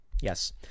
Yes